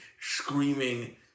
screaming